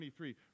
23